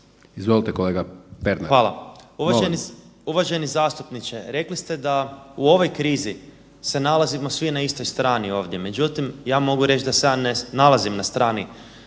Ivan (SIP)** Hvala. Uvaženi zastupniče, rekli ste da u ovoj krizi se nalazimo na svi na istoj strani ovdje, međutim ja mogu reći da se ja ne nalazim na strani